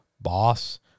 boss